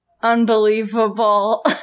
unbelievable